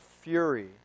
fury